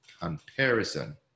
comparison